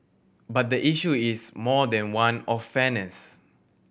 but the issue is more than one of fairness